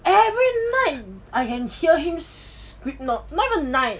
every night I couldn't hear him scream not even night